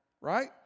right